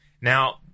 Now